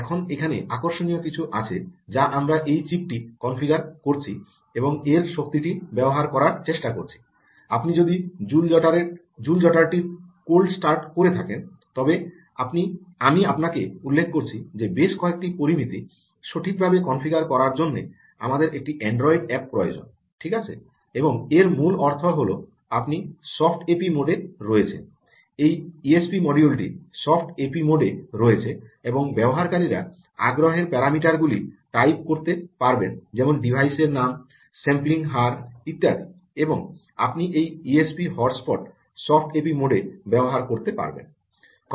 এখন এখানে আকর্ষণীয় কিছু আছে যা আমরা এই চিপটি কনফিগার করেছি এবং এর শক্তিটি ব্যবহার করার চেষ্টা করছি আপনি যদি জুল জটার টিকে কোল্ড স্টার্ট করে থাকেন তবে আমি আপনাকে উল্লেখ করেছি যে বেশ কয়েকটি পরামিতি সঠিকভাবে কনফিগার করার জন্য আমাদের একটি অ্যান্ড্রয়েড অ্যাপ্ প্রয়োজন ঠিক আছে এবং এর মূল অর্থ হল আপনি সফট এপি মোডে রয়েছেন এই ইএসপি মডিউলটি সফট এপি মোডে রয়েছে এবং ব্যবহারকারীরা আগ্রহের প্যারামিটার গুলি টাইপ করতে পারবেন যেমন ডিভাইসের নাম স্যাম্পলিং হার ইত্যাদি এবং আপনি এই ইএসপিটি হটস্পট সফট এপি মোডে ব্যবহার করতে পারবেন